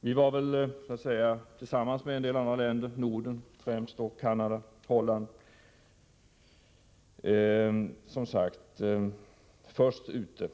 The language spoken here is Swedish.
Vi var tillsammans med en del andra länder i Norden samt främst Canada och Holland trots allt först ute.